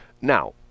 now